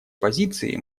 позиции